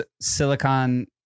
Silicon